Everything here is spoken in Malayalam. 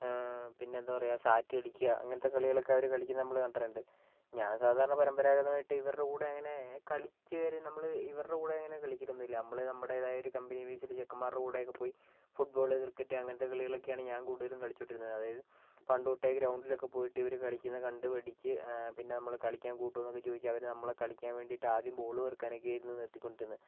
പിന്നെ എന്താ പറയുക സാറ്റ് കളിക്കുക അങ്ങനത്തെ കളികളൊക്കെ അവർ കളിക്കുന്നത് നമ്മൾ ഞാൻ സാധാരണ പരമ്പരാഗതമായിട്ട് ഇവരുടെ കൂടെ അങ്ങനെ കളിച്ച് വരാൻ നമ്മൾ ഇവരുടെ കൂടെ അങ്ങനെ കളിക്കലൊന്നും ഇല്ല നമ്മൾ നമ്മടേതായ കമ്പനി ബേസിൽ ചെക്കന്മാരുടെ കൂടെ ഒക്കെ പോയി ഫുട് ബോൾ ക്രിക്കറ്റ് അങ്ങനത്തെ കളികളൊക്കെ ആണ് ഞാൻ കൂടുതലും കളിച്ചു കൊണ്ട് ഇരുന്നത് അതായത് പണ്ട് തൊട്ടേ ഗ്രൗണ്ടിലൊക്കെ പോയിട്ട് ഇവർ കളിക്കുന്നത് കണ്ട് പഠിച്ച് പിന്നെ നമ്മൾ കളിക്കാൻ കൂട്ടുമോ എന്ന് ചോദിച്ച് അവർ നമ്മൾ കളിക്കാൻ വേണ്ടിയിട്ട് ആദ്യം ബോൾ പെറുക്കാൻ ഒക്കെ ആയിരുന്നു നിർത്തി കൊണ്ടിരുന്നത്